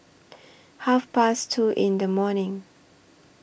Half Past two in The morning